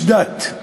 איש דת,